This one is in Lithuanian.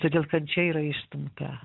todėl kančia yra išstumta